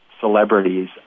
celebrities